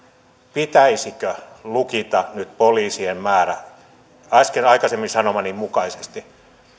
pitäisikö lukita nyt poliisien määrä aikaisemmin sanomani mukaisesti